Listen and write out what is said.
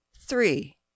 three